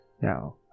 Now